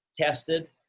tested